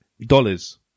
dollars